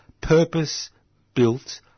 purpose-built